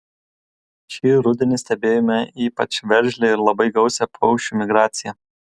šį rudenį stebėjome ypač veržlią ir labai gausią paukščių migraciją